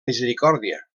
misericòrdia